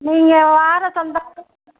நீங்கள் வார சந்தாவும்